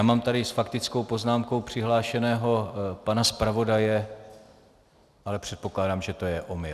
Mám tady s faktickou poznámkou přihlášeného pana zpravodaje, ale předpokládám, že to je omyl.